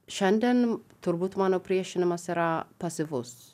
šiandien turbūt mano priešinimas yra pasyvus